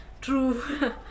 True